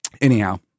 Anyhow